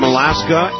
Alaska